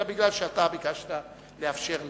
אלא משום שאתה ביקשת לאפשר לה.